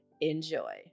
enjoy